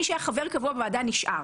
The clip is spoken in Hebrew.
מי שהיה חבר קבוע בוועדה נשאר.